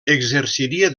exerciria